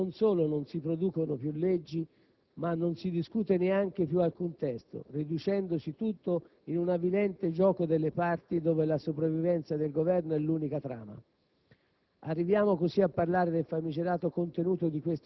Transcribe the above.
Nelle Aule parlamentari, come in quelle di Commissione, non solo non si producono più leggi, ma non si discute neanche più alcun testo, riducendosi tutto in un avvilente gioco delle parti dove la sopravvivenza del Governo è l'unica trama.